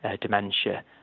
dementia